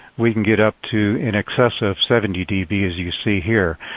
we can get up to in excess of seventy db as you see here.